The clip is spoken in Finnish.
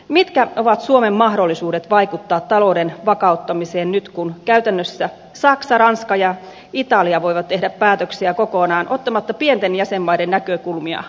mitkä ovat suomen mahdollisuudet vaikuttaa talouden vakauttamiseen nyt kun käytännössä saksa ranska ja italia voivat tehdä päätöksiä kokonaan ottamatta pienten jäsenmaiden näkökulmia huomioon